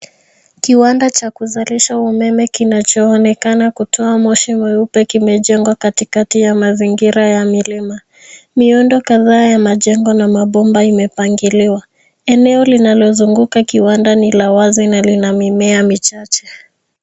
Kiwanda cha kuzalisha umeme kinachoonekana kutoa moshi mweupe kimejengwa katikati ya mazingira ya milima. Miundo kadhaa ya majengo na mabomba imepangiliwa. Eneo linalozunguka kiwanda ni la wazi na lina mimea michache.